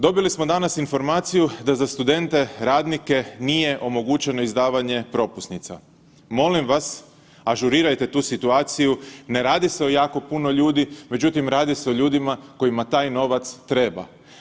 Dobili smo danas informaciju da za studente radnike nije omogućeno izdavanje propusnica, molim vas ažurirajte tu situaciju, ne radi se o jako puno ljudi, međutim radi se o ljudima kojima taj novac treba.